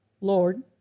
Lord